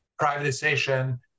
Privatization